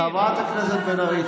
חברת הכנסת בן ארי.